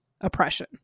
oppression